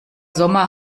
sommer